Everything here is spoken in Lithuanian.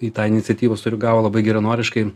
į tą iniciatyvą sureagavo labai geranoriškai